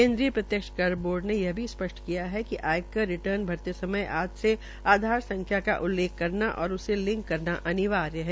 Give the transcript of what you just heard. केन्द्रीय प्रत्यक्ष कर बोर्ड ने यह भी स्पष्ट किया है कि आयकर रिर्टन भरते समय आज से आधार संख्या का उल्लेख करना और उसे लिंक करना अनिवार्य है